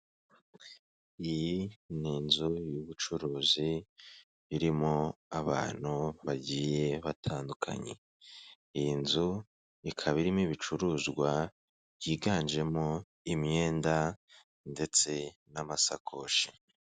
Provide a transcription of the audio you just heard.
Iyi ni inzu y'ubucuruzi irimo abantu bagiye batandukanye, iyi nzu ikaba irimo ibicuruzwa byiganjemo imyenda ndetse n'amasakoshi.